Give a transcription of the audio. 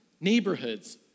neighborhoods